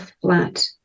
flat